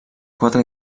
quatre